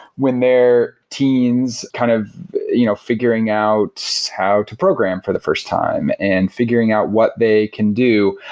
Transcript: when they're teens kind of you know figuring out how to program for the first time and figuring out what they can do,